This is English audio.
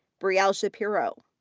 brielle shapiro.